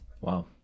Wow